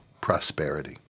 prosperity